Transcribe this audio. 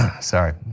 sorry